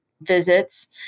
visits